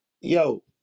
Yo